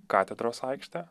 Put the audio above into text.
katedros aikštė